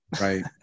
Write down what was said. Right